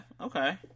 okay